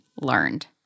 learned